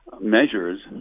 measures